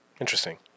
Interesting